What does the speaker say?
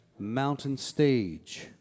MountainStage